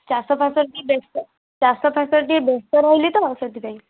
ଚାଷ ଫାସରେ ଟିକେ ବ୍ୟସ୍ତ ଚାଷ ଫାସରେ ଟିକେ ବ୍ୟସ୍ତ ରହିଲି ତ ସେଥିପାଇଁ